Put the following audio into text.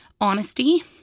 honesty